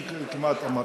"גברתי", כמעט אמרתי.